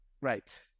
right